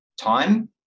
time